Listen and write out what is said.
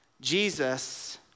Jesus